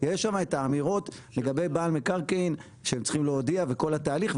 יש שם את האמירות לגבי בעל מקרקעין שהם צריכים להודיע וכל התהליך,